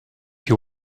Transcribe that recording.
you